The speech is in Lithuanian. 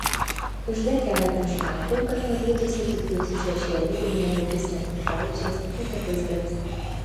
uždek keletą žvakių kad matytųsi tik jūsų šešėliai ir mėgaukis ne tik pojūčiais bet ir vaizdais